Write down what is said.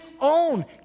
own